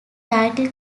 title